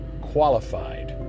qualified